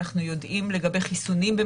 אנחנו יודעים לגבי חיסונים.